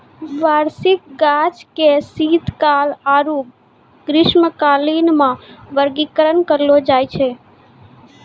वार्षिक गाछ के शीतकाल आरु ग्रीष्मकालीन मे वर्गीकरण करलो जाय छै